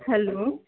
hello